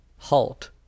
halt